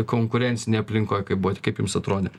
konkurencinėj aplinkoj kai buvot kaip jums atrodė